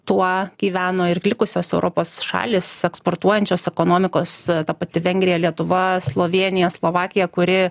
tuo gyveno ir likusios europos šalys eksportuojančios ekonomikos ta pati vengrija lietuva slovėnija slovakija kuri